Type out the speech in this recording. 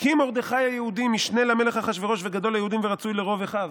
"'כי מרדכי היהודי משנה למלך אחשורוש וגדול ליהודים ורצוי לרב אחיו"